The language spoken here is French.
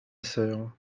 sœur